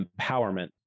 empowerment